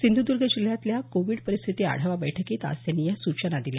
सिंधूदर्ग जिल्ह्यातल्या कोविड परिस्थिती आढावा बैठकीत आज त्यांनी या सूचना केल्या